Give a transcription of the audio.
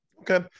Okay